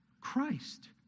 Christ